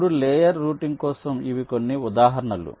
3 layer routing కోసం ఇవి కొన్ని ఉదాహరణలు